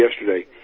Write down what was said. yesterday